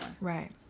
right